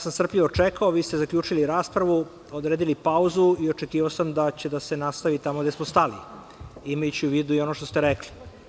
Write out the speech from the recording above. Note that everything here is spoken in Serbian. Strpljivo sam čekao, vi ste zaključili raspravu, odredili pauzu i očekivao sam da će da se nastavi tamo gde smo stali, imajući u vidu i ono što ste rekli.